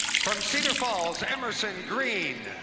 from cedar falls, emerson green.